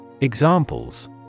Examples